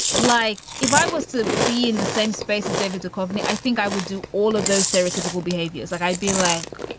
like, if i was to be in the same space as david's a company, i think i would do all of those stereotypical behaviors. like i'd be like,